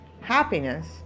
happiness